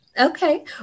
Okay